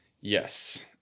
Yes